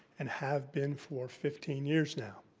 and have been for fifteen years now.